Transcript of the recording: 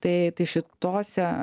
tai tai šitose